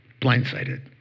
blindsided